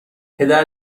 پدر